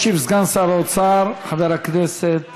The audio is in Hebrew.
ישיב סגן שר האוצר חבר הכנסת